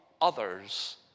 others